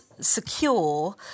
secure